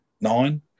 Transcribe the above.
nine